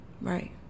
Right